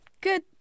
good